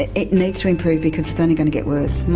it it needs to improve because it's only going to get worse.